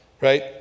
right